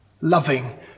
loving